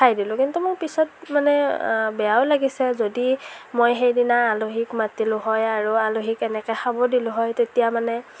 খাই দিলোঁ কিন্তু মোৰ পিছত মানে বেয়াও লাগিছে যদি মই সেইদিনা আলহীক মাতিলো হয় আৰু আলহীক এনেকৈ খাব দিলো হয় তেতিয়া মানে